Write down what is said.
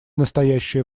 настоящее